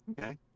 okay